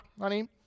honey